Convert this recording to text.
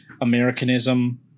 Americanism